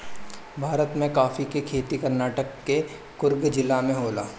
भारत में काफी के खेती कर्नाटक के कुर्ग जिला में होला